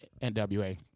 NWA